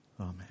Amen